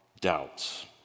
doubts